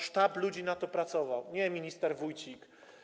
Sztab ludzi na to pracował, a nie minister Wójcik.